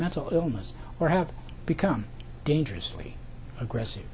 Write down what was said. mental illness or have become dangerously aggressive